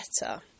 better